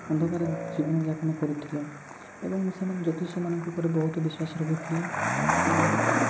ଅନ୍ଧକାର ଜୀବନଯାପନ କରୁଥିଲେ ଏବଂ ସେମାନେ ଜ୍ୟୋତିଷ ମାନଙ୍କ ଉପରେ ବହୁତ ବିଶ୍ୱାସ ରହିଥିଲେ ଯେ